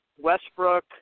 Westbrook